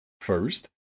First